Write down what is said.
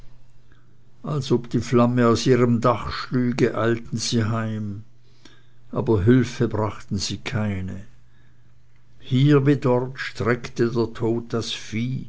als ob die flamme aus ihrem dache schlüge eilten sie heim aber hülfe brachten sie keine hier wie dort streckte der tod das vieh